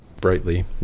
Brightly